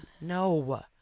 No